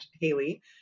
Haley